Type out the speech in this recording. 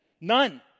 None